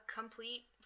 complete